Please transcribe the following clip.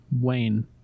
Wayne